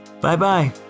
Bye-bye